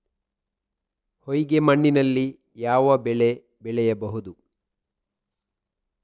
ಹೊಯ್ಗೆ ಮಣ್ಣಿನಲ್ಲಿ ಯಾವ ಬೆಳೆ ಬೆಳೆಯಬಹುದು?